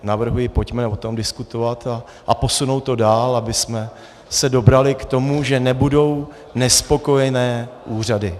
Navrhuji, pojďme o tom diskutovat a posunout to dál, abychom se dobrali k tomu, že nebudou nespokojené úřady.